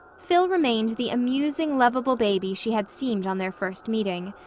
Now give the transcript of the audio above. phil remained the amusing, lovable baby she had seemed on their first meeting.